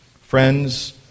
Friends